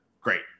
Great